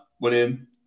William